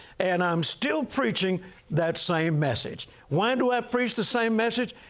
and i'm still preaching that same message. why do i preach the same message?